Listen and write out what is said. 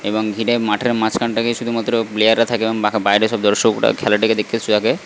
এবং ঘিরে মাঠের মাছখানটাকে শুধুমাত্র প্লেয়াররা থাকে এবং বাইরে সব দর্শকরা খেলাটাকে দেখতে থাকে